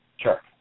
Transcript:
Sure